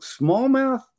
Smallmouth